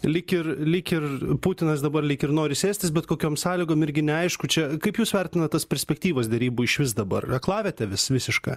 lyg ir lyg ir putinas dabar lyg ir nori sėstis bet kokiom sąlygom irgi neaišku čia kaip jūs vertinat tas perspektyvas derybų išvis dabar aklavietė vis visiška